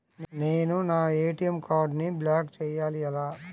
నేను నా ఏ.టీ.ఎం కార్డ్ను బ్లాక్ చేయాలి ఎలా?